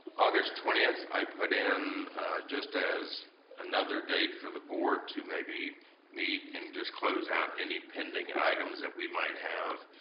august twenty, i put in just as another date for the board to maybe meet and just close out any pending items that we might have.